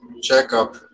checkup